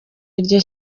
iryo